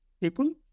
people